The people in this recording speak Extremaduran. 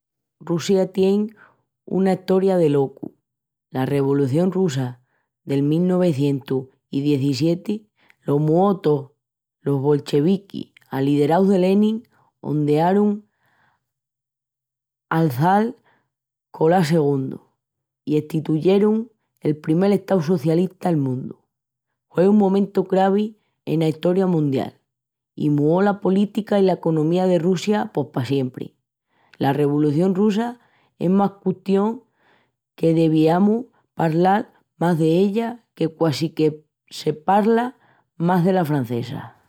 Russia tien una Estoria de locus. La Revolución Russa del mil nuevecientus i dezissieti lo muó tó! Los bolcheviquis, alideraus de Lenin, hondearun al çal Colás II i estituyerun el primel Estau socialista'l mundu. Hue un momentu cravi ena Estoria mundial i muó la política i la economía de Russia pos pa siempri. La Revolución Russa es una custión que deviamus palral más d'ella que quasi que se palra más dela francesa.